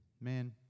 man